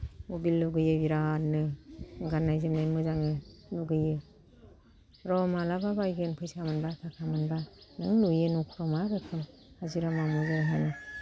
mobile लुगैयो बेरादनो गाननाय जोमनाय मोजां लुगैयो र' मालाबा बायगोन फैसा मोनबा थाखा मोनबा नों नुयो न'खराव मा बायदि हाजिरा मावनानै जायो